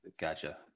gotcha